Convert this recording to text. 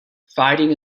fighting